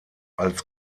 als